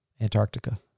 antarctica